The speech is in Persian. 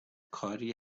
کاری